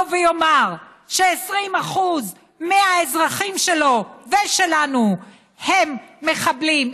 ויאמר ש-20% מהאזרחים שלו ושלנו הם מחבלים.